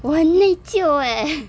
我很内疚 eh